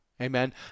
Amen